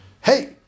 Hey